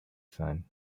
sun